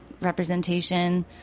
representation